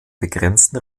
begrenzten